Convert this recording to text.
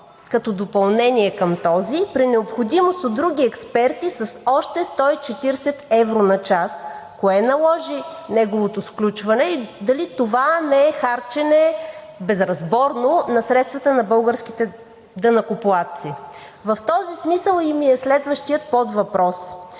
и допълнение при необходимост от други експерти с още 140 евро на час? Кое наложи неговото сключване и дали това не е безразборно харчене на средствата на българските данъкоплатци? В този смисъл ми е следващият подвъпрос: